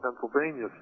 Pennsylvania